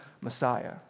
Messiah